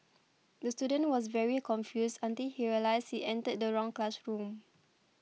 the student was very confused until he realised he entered the wrong classroom